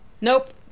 Nope